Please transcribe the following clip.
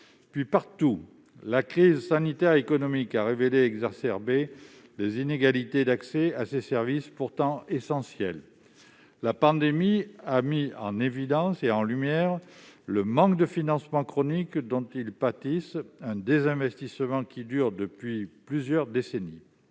Puis, partout, la crise sanitaire et économique a révélé et exacerbé les inégalités d'accès à ces services, pourtant essentiels. La pandémie a mis en lumière le manque de financement chronique dont ils pâtissent, un désinvestissement qui dure depuis plusieurs décennies.